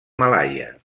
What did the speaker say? malaia